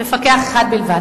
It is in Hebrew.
מפקח אחד בלבד.